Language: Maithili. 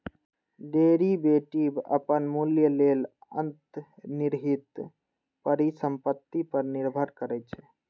डेरिवेटिव अपन मूल्य लेल अंतर्निहित परिसंपत्ति पर निर्भर करै छै